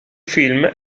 film